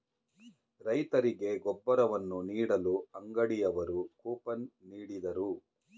ರೈತರಿಗೆ ಗೊಬ್ಬರವನ್ನು ನೀಡಲು ಅಂಗಡಿಯವರು ಕೂಪನ್ ನೀಡಿದರು